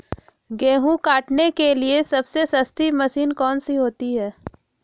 गेंहू काटने के लिए सबसे सस्ती मशीन कौन सी होती है?